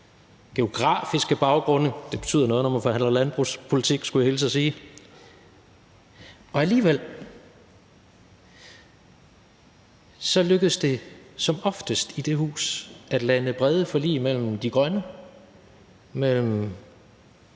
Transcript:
geografiske baggrunde; det betyder noget, når man forhandler landbrugspolitik, skulle jeg hilse og sige – lykkes det alligevel som oftest at lande brede forlig mellem De Grønne, mellem